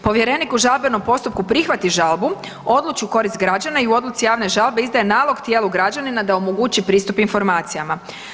Povjerenik u žalbenom postupku prihvati žalbu, odluči u korist građana i u odluci javne žalbe, izdaje nalog tijelu građanina da omogući pristup informacijama.